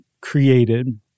created